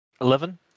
Eleven